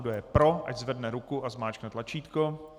Kdo je pro, ať zvedne ruku a zmáčkne tlačítko.